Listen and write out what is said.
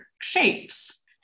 shapes